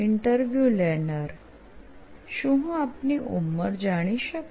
interview લેનાર શું હું આપની ઉંમર જાણી શકું